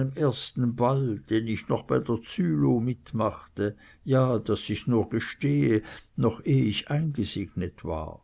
ersten ball den ich noch bei der zülow mitmachte ja daß ich's nur gestehe noch eh ich eingesegnet war